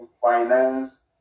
finance